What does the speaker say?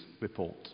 Report